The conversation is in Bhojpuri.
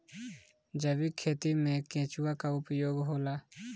जैविक खेती मे केचुआ का उपयोग होला?